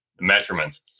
measurements